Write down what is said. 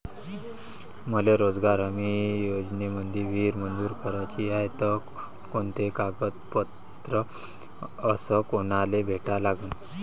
मले रोजगार हमी योजनेमंदी विहीर मंजूर कराची हाये त कोनकोनते कागदपत्र अस कोनाले भेटा लागन?